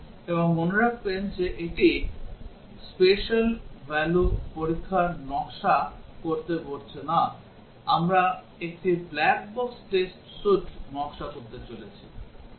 এবং মনে রাখবেন যে এটি special value পরীক্ষার নকশা করতে বলছে না আমরা একটি ব্ল্যাক বক্স টেস্ট স্যুট নকশা করতে বলছি